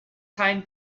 time